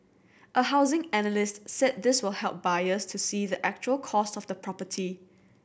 a housing analyst said this will help buyers to see the actual cost of the property